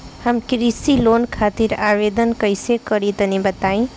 हम कृषि लोन खातिर आवेदन कइसे करि तनि बताई?